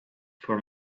for